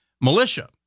militia